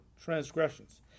transgressions